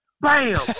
bam